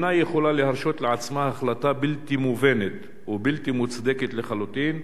אינה יכולה להרשות לעצמה החלטה בלתי מובנת ובלתי מוצדקת לחלוטין.